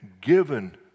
given